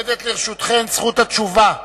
עומדת לרשותכן זכות התשובה,